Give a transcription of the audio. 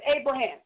Abraham